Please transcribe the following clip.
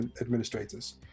administrators